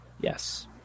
Yes